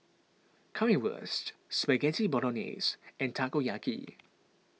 Currywurst Spaghetti Bolognese and Takoyaki